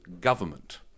government